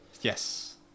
yes